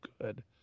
good